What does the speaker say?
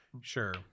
sure